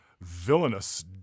villainous